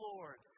Lord